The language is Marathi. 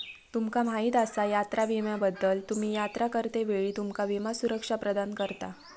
तुमका माहीत आसा यात्रा विम्याबद्दल?, तुम्ही यात्रा करतेवेळी तुमका विमा सुरक्षा प्रदान करता